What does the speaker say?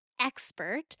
expert